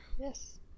yes